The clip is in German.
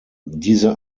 diese